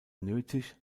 nötig